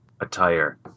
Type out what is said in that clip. attire